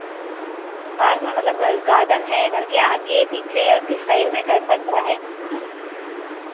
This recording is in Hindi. पार्क में मतलब घर गार्डन है घर के आगे पीछे और किस साइड में कैसा क्या है